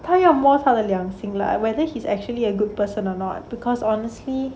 他要摸一下他的良心 lah whether he's actually a good person or not because honestly